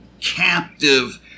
captive